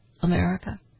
America